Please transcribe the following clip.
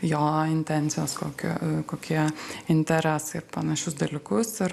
jo intencijos kokio kokie interesai ir panašius dalykus ir